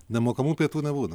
nemokamų pietų nebūna